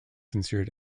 considered